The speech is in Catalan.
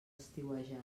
estiuejar